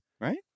right